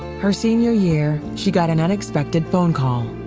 her senior year she got an unexpected phone call.